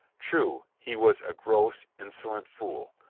true, he was a gross, inso lent fool,